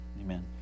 Amen